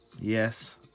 Yes